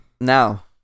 now